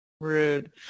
Rude